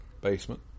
basement